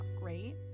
great